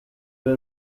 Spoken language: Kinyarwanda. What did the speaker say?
rwe